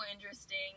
interesting